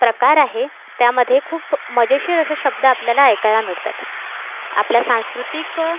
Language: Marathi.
प्रकार आहे त्यामध्ये खूप मजेशीर असे शब्द आपल्याला ऐकायला मिळतात आपल्या सांस्कृतिक